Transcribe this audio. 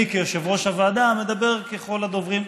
אני כיושב-ראש הוועדה מדבר ככל הדוברים,